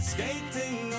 Skating